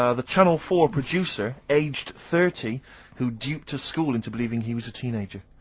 ah the channel four producer aged thirty who duped a school into believing he was a teenager,